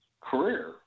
career